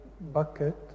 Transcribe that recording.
bucket